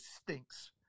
stinks